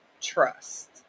trust